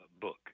book